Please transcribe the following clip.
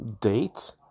date